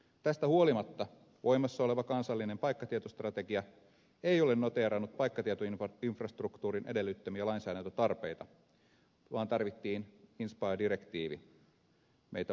tästä huolimatta voimassa oleva kansallinen paikkatietostrategia ei ole noteerannut paikkatietoinfrastruktuurin edellyttämiä lainsäädäntötarpeita vaan tarvittiin inspire direktiivi meitä muistuttamaan